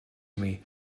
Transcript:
imi